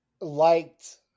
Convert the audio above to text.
liked